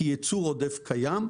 כי ייצור עודף קיים,